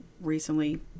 recently